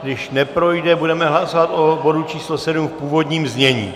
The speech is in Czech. Když neprojde, budeme hlasovat o bodu číslo 7 v původním znění.